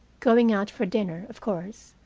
going out for dinner, of course,